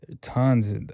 tons